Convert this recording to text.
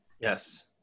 Yes